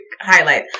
highlight